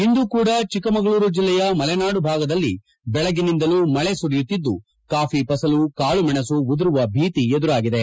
ಇಂದು ಕೂಡ ಚಿಕ್ಕಮಗಳೂರು ಜಿಲ್ಲೆಯ ಮಲೆನಾಡು ಭಾಗದಲ್ಲಿ ಬೆಳಗ್ಗೆಯಿಂದಲೂ ಮಳೆ ಸುರಿಯುತ್ತಿದ್ದು ಕಾಫಿ ಫಸಲು ಕಾಳು ಮಣಸು ಉದುರುವ ಭೀತಿ ಎದುರಾಗಿದೆ